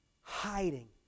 hiding